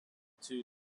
two